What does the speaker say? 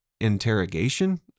interrogation